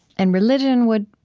and religion would,